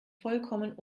vollkommen